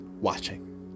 watching